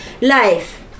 life